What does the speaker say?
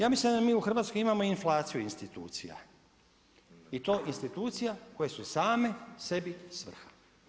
Ja mislim da mi u Hrvatskoj imamo inflaciju institucija i to institucija koje su same sebi svrha.